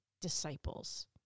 disciples